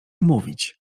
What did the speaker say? umówić